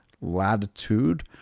latitude